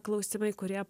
klausimai kurie